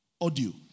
Audio